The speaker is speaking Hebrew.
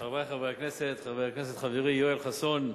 חברי חברי הכנסת, חבר הכנסת חברי יואל חסון,